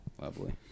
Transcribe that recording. Lovely